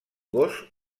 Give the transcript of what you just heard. gos